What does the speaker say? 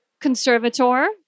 conservator